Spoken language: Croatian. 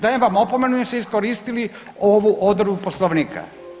Dajem vam opomenu jer ste iskoristili ovu odredbu Poslovnika.